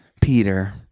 Peter